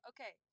Okay